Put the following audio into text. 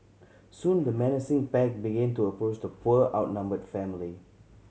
soon the menacing pack begin to approach the poor outnumbered family